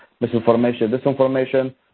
misinformation-disinformation